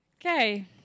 Okay